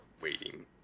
waiting